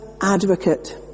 advocate